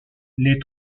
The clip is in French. les